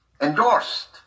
endorsed